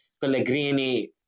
Pellegrini